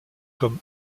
comme